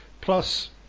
Plus